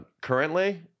Currently